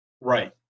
Right